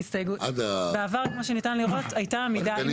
בעבר כמו שניתן לראות, הייתה עמידה.